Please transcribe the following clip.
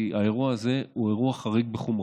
האירוע הזה הוא אירוע חריג בחומרתו.